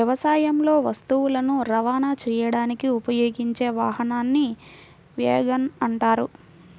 వ్యవసాయంలో వస్తువులను రవాణా చేయడానికి ఉపయోగించే వాహనాన్ని వ్యాగన్ అంటారు